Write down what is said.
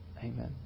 Amen